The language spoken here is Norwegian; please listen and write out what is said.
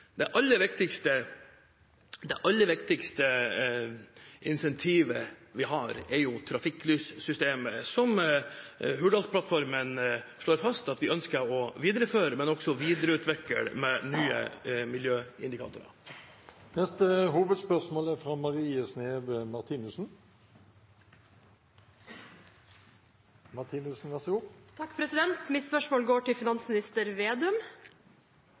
Det aller viktigste insentivet vi har, er trafikklyssystemet, som Hurdalsplattformen slår fast at vi ønsker å videreføre, men også videreutvikle med nye miljøindikatorer. Vi går til neste hovedspørsmål.